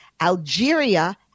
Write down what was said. Algeria